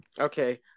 Okay